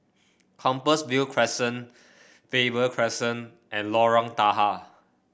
Compassvale Crescent Faber Crescent and Lorong Tahar